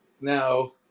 now